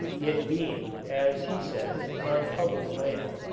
it being, as he says, on public land.